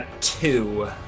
two